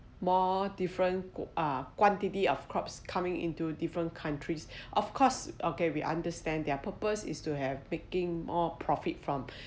more different ah quantity of crops coming into different countries of course okay we understand their purpose is to have making more profit from